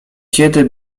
kiedy